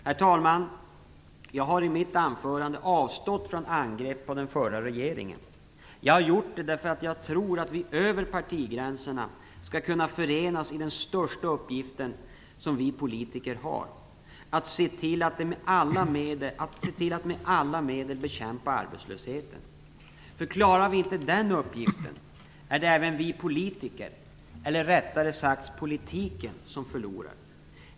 Herr talman! Jag har i mitt anförande avstått från angrepp på den förra regeringen. Det har jag gjort därför att jag tror att vi över partigränser skall kunna förenas kring den största uppgiften som vi politiker har: att se till att vi med alla medel bekämpar arbetslösheten. Klarar vi inte den uppgiften, är det även vi politiker - eller rättare sagt politiken - som förlorar.